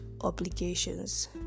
obligations